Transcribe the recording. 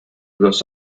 los